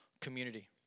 community